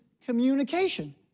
communication